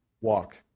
walk